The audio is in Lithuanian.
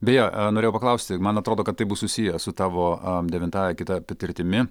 beje norėjau paklausti man atrodo kad tai bus susiję su tavo devintąja kita patirtimi